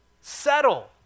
settle